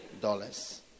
dollars